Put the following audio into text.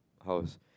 house